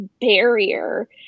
barrier